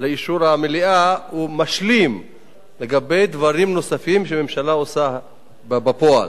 לאישור המליאה משלים לגבי דברים נוספים שהממשלה עושה בפועל.